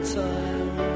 time